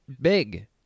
big